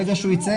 ברגע שהוא יצא,